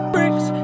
Bricks